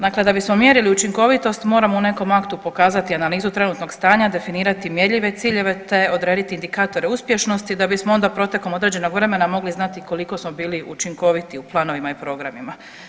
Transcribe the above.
Dakle, da bismo mjerili učinkovitost moramo u nekom aktu pokazati analizu trenutnog stanja, definirati mjerljive ciljeve te odrediti indikatore uspješnosti da bismo onda protekom određenog vremena mogli znati koliko smo bili učinkoviti u planovima i programima.